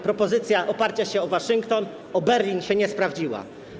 Propozycja oparcia się o Waszyngton, o Berlin się nie sprawdziła.